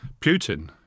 Putin